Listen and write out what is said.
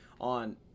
on